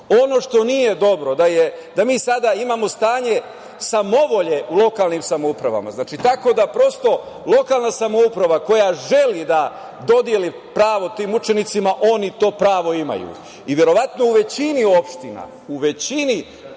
što nije dobro, da mi sada imamo stanje samovolje u lokalnim samoupravama, tako da prosto lokalna samouprava koja želi da dodeli pravo tim učenicima, oni to pravo imaju. I verovatno u većini opština, kod većine